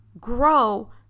grow